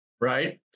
right